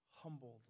Humbled